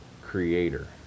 creator